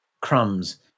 crumbs